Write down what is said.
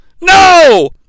No